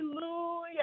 hallelujah